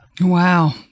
Wow